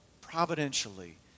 providentially